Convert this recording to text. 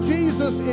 Jesus